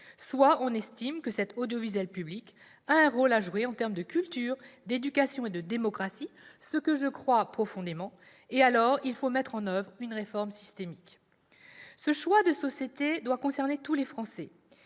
Soit on estime que cet audiovisuel public a un rôle à jouer en termes de culture, d'éducation et de démocratie- ce que je crois profondément -, et alors il faut mettre en oeuvre une réforme systémique. Ce choix de société doit concerner tous les Français.